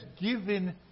given